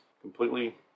Completely